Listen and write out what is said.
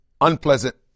unpleasant